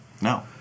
No